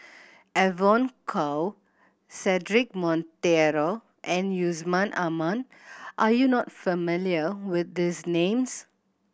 Evon Kow Cedric Monteiro and Yusman Aman are you not familiar with these names